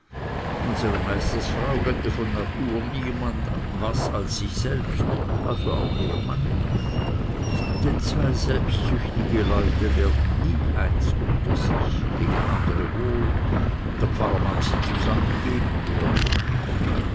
unsere meisterfrau gönnte von natur niemand was als sich selbst also auch ihrem manne nicht denn zwei selbstsüchtige leute werden nie eins unter sich gegen andere wohl der pfarrer mag sie zusammengeben wie er will